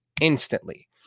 instantly